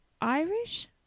Irish